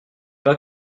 pas